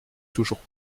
toujours